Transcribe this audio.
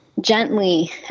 gently